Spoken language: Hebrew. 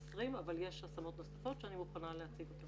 אבל יש השמות נוספות שאני מוכנה להציג אותן.